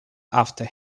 after